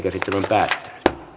asia